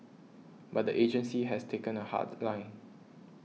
but the agency has taken a hard line